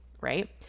right